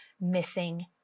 missing